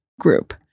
group